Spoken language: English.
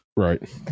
Right